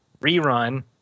rerun